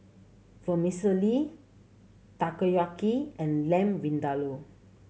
Vermicelli Takoyaki and Lamb Vindaloo